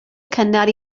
cynnar